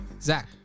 Zach